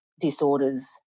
disorders